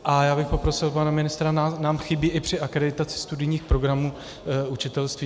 A já bych poprosil pana ministra, nám chybí i při akreditaci studijních programů učitelství.